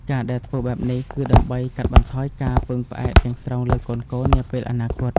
ការដែលធ្វើបែបនេះ គឺដើម្បីកាត់បន្ថយការពឹងផ្អែកទាំងស្រុងលើកូនៗនាពេលអនាគត។